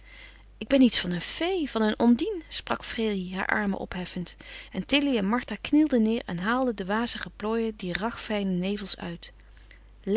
ik ben iets van een fee van een ondine sprak freddy haar armen opheffend en tilly en martha knielden neêr en haalden de wazige plooien dier ragfijne nevels uit